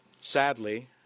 Sadly